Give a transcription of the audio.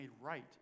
right